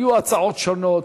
היו הצעות שונות,